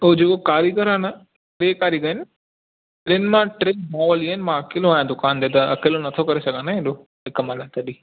हो जेको कारीगर आहे न टे कारीगर आहिनि टिनि मां टई भाऊ हली विया आहिनि त अकेलो नथो करे सघां न एॾो हिकु महिल तॾहिं